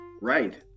right